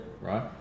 Right